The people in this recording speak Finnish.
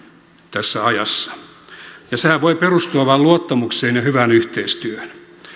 tässä ajassa ja sehän voi perustua vain luottamukseen ja hyvään yhteistyöhön